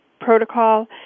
protocol